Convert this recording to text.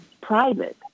private